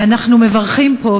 אנחנו מברכים פה,